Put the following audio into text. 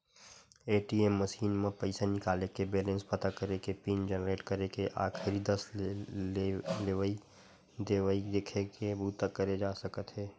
ATM machine म पइसा निकाले के, बेलेंस पता करे के, पिन जनरेट करे के, आखरी दस लेवइ देवइ देखे के बूता करे जा सकत हे